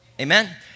Amen